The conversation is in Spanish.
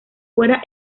fuera